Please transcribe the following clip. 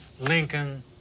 Lincoln